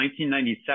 1997